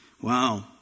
Wow